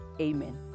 Amen